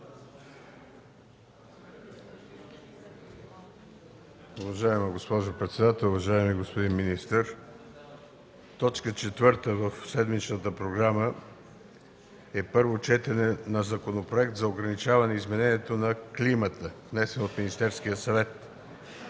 Уважаема госпожо председател, уважаеми господин министър! Точка четвърта в седмичната програма е първо четене на Законопроекта за ограничаване изменението на климата, внесен от Министерския съвет.